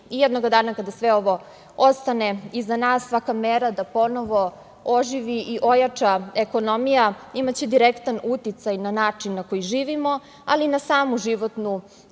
Jednog dana kada sve ovo ostane iza nas, svaka mera da ponovo oživi i ojača ekonomija, imaće direktan uticaj na način na koji živimo, ali i na samu životnu